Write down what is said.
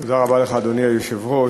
אדוני היושב-ראש,